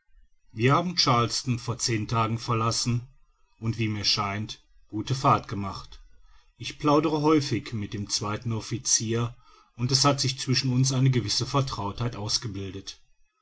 wir haben charleston vor zehn tagen verlassen und wie mir scheint gute fahrt gemacht ich plaudere häufig mit dem zweiten officier und es hat sich zwischen uns eine gewisse vertrautheit ausgebildet